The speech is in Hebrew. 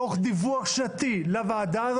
תוך דיווח שנתי לוועדה,